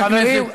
חברים,